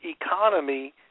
economy